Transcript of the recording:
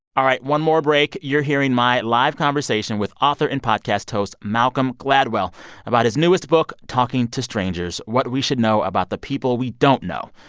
all right. one more break. you're hearing my live conversation with author and podcast host malcolm gladwell about his newest book, talking to strangers what we should know about the people we don't know.